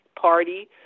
party